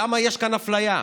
למה יש כאן אפליה?